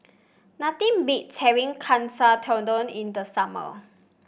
nothing beats having Katsu Tendon in the summer